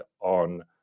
on